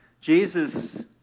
Jesus